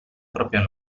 proprio